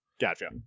Gotcha